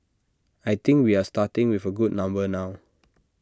I think we are starting with A good number now